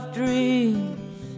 dreams